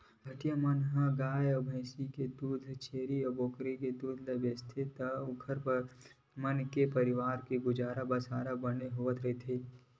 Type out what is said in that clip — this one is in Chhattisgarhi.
पहाटिया मन ह गाय भइसी के दूद ल अउ छेरी बोकरा ल बेचथे तेने म ओखर मन के परवार के गुजर बसर ह बने होवत रहिथे